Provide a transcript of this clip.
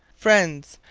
friends!